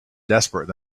desperate